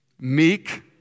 meek